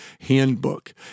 Handbook